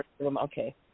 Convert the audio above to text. Okay